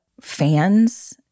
fans